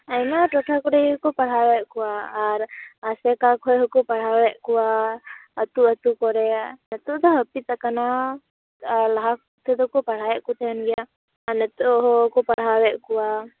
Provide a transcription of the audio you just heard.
ᱟᱭᱢᱟ ᱴᱚᱴᱷᱟ ᱠᱚᱨᱮ ᱜᱮᱠᱚ ᱯᱟᱲᱦᱟᱣᱮᱫ ᱠᱚᱣᱟ ᱟᱨ ᱟᱥᱮᱠᱟ ᱠᱷᱚᱡ ᱦᱚᱠᱚ ᱯᱟᱲᱦᱟᱣᱮᱫ ᱠᱚᱣᱟ ᱟᱛᱳ ᱟᱛᱳ ᱠᱚᱨᱮ ᱱᱤᱛᱳᱜᱼᱫ ᱦᱟᱹᱯᱤᱫ ᱟᱠᱟᱱᱟ ᱟᱨ ᱞᱟᱦᱟ ᱥᱮᱫ ᱫᱚᱠᱚ ᱯᱟᱲᱦᱟᱣᱮᱫ ᱠᱚ ᱛᱟᱦᱮᱱ ᱜᱮᱭᱟ ᱟᱨ ᱱᱤᱛᱳᱜ ᱦᱚᱸᱠᱚ ᱯᱟᱲᱦᱟᱣᱮᱫ ᱠᱚᱣᱟ